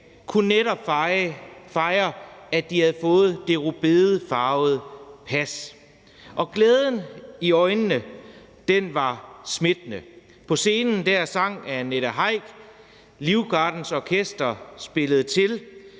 kunne netop fejre, at de havde fået det rødbedefarvede pas, og glæden i øjnene var smittende. På scenen sang Annette Heick, Livgardens orkester spillede til,